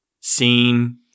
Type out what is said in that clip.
seen